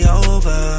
over